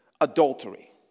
adultery